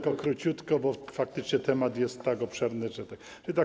króciutko, bo faktycznie temat jest tak obszerny, że.